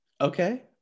Okay